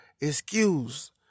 excuse